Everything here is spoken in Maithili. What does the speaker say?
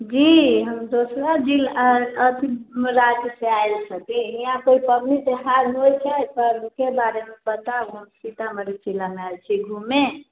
जी हम दोसरा जिला अथी राज्यसँ आएल छी यहाँ पबनी त्यौहार होइ छै पर्वके बारेमे पता हम सीतामढ़ी जिलामे आएल छी घुमै